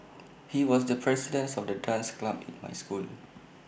he was the presidence of the dance club in my school